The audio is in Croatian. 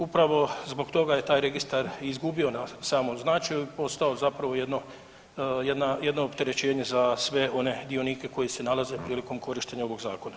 Upravo zbog toga je taj registar izgubio na samom značaju, postao zapravo jedna, jedno opterećenje za sve one dionike koji se nalaze prilikom korištenja ovog zakona.